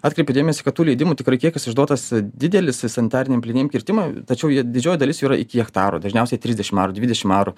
atkreipiu dėmesį kad tų leidimų tikrai kiekis išduotas e didelis sanitariniem plyniem kirtimam tačiau jo didžioji dalis jų yra iki hektaro dažniausiai trisdešimt arų dvidešimt arų